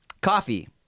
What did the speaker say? Coffee